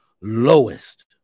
lowest